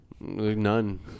None